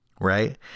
right